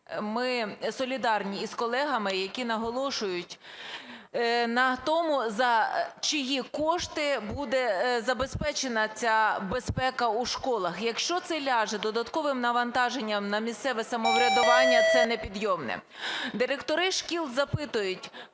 ми солідарні і з колегами, які наголошують на тому, за чиї кошти буде забезпечена ця безпека у школах. Якщо це ляже додатковим навантаженням на місцеве самоврядування, це непідйомне. Директори шкіл запитують